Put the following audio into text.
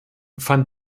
fand